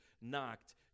knocked